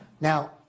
Now